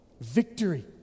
Victory